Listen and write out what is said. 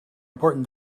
important